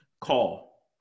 call